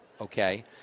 okay